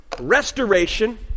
restoration